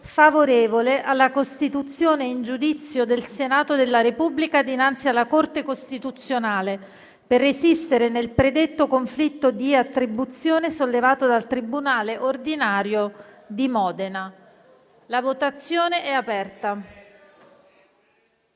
favorevole alla costituzione in giudizio del Senato della Repubblica dinanzi alla Corte costituzionale per resistere nel predetto conflitto di attribuzione sollevato dal tribunale ordinario di Modena. *(Segue la